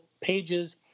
pages